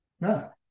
No